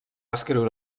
escriure